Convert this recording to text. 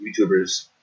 YouTubers